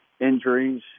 injuries